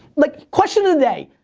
like, question of the day.